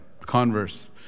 converse